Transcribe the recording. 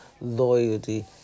loyalty